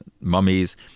Mummies